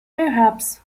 perhaps